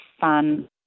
fun